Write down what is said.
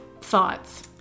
thoughts